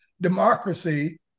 democracy